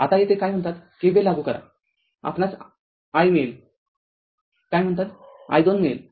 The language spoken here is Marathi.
आता येथे काय म्हणतात KVL लागू कराआपणास i मिळेल काय म्हणतात i २ मिळेल